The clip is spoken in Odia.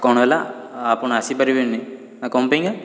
କ'ଣ ହେଲା ଆପଣ ଆସି ପାରିବେନି କ'ଣ ପାଇଁକା